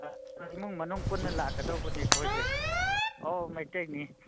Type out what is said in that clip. ꯏꯃꯨꯡ ꯃꯅꯨꯡ ꯄꯨꯟꯅ ꯂꯥꯛꯀꯗꯧꯕꯅꯤ ꯑꯩꯈꯣꯏꯁꯦ ꯑꯧ ꯃꯩꯇꯩꯅꯤ